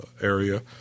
area